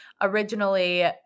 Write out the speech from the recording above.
originally